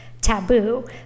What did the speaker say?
taboo